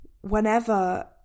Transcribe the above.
whenever